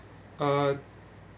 uh